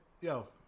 yo